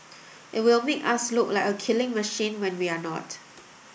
it will make us look like a killing machine when we're not